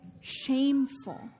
shameful